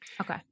Okay